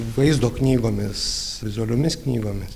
vaizdo knygomis vizualiomis knygomis